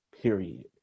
period